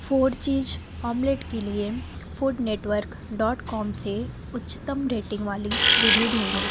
four cheese omelette के लिए food network dot com से उच्चतम रेटिंग वाली विधि ढूँढो